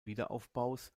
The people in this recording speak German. wiederaufbaus